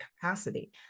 capacity